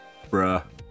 Bruh